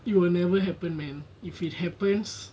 it will never happen man if it happens